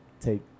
take